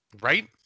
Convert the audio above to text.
Right